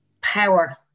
Power